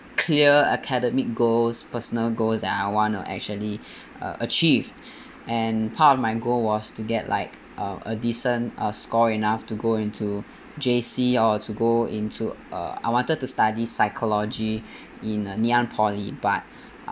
clear academic goals personal goals that I want to actually uh achieve and part of my goal was to get like uh a decent uh score enough to go into J_C or to go into uh I wanted to study psychology in ngee ann poly but